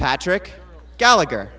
patrick gallagher